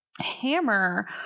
hammer